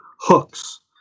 hooks